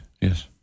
Yes